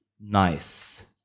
Nice